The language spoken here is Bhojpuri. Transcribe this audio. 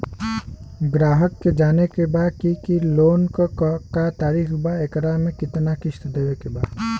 ग्राहक के जाने के बा की की लोन लेवे क का तरीका बा एकरा में कितना किस्त देवे के बा?